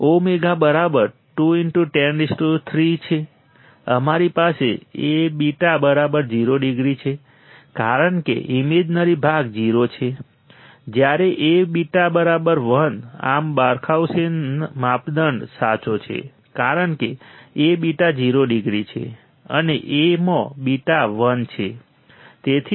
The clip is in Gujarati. ઓમેગાની બરાબર 2103 છે અમારી પાસે Aβ0 ડિગ્રી છે કારણ કે ઇમેજનરી ભાગ 0 છે જ્યારે Aβ1 આમ બરખાઉસેન માપદંડ સાચો છે કારણ કે A β 0 ડિગ્રી છે અને A માં β 1 છે